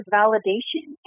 validation